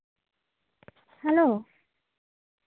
hello